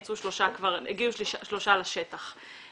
יצאו כבר שלושה לשטח.